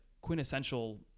quintessential